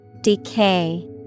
Decay